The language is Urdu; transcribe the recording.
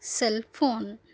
cell phone